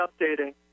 updating